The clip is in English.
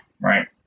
Right